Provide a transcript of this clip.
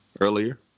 earlier